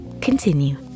Continue